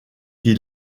qui